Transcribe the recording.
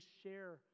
share